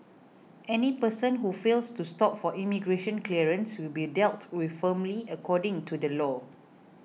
any person who fails to stop for immigration clearance will be dealt with firmly according to the law